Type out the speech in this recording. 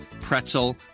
pretzel